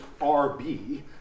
RB